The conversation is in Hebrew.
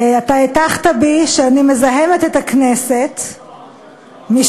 אתה הטחת בי שאני מזהמת את הכנסת משום